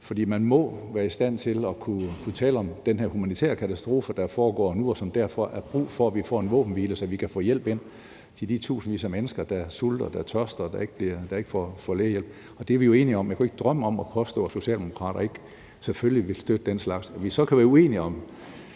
for man må være i stand til at tale om den her humanitære katastrofe, der foregår nu, og hvor der derfor er brug for, at vi får en våbenhvile, så vi kan få hjælp ind til de tusindvis af mennesker, der sulter, tørster og ikke får lægehjælp; det er vi jo enige om. Jeg kunne ikke drømme om at påstå, at socialdemokrater ikke som en selvfølge ville støtte den slags. At vi så kan være uenige om,